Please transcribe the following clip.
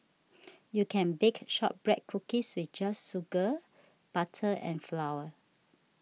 you can bake Shortbread Cookies with just sugar butter and flour